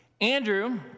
Andrew